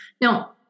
Now